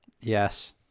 Yes